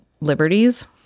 liberties